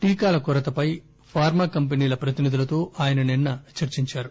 టీకాల కొరతపై ఫార్మా కంపెనీల ప్రతినిధులతో ఆయన నిన్న చర్చించారు